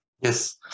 Yes